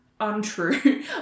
untrue